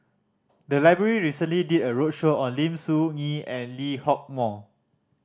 the library recently did a roadshow on Lim Soo Ngee and Lee Hock Moh